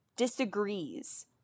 disagrees